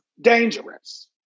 dangerous